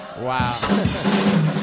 wow